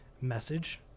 message